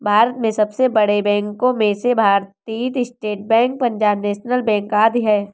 भारत के सबसे बड़े बैंको में से भारतीत state bank, Punjab national bank आदि है